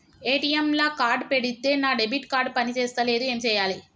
ATM లా card పెడితే నా డెబిట్ కార్డ్ పని చేస్తలేదు ఏం చేయాలే?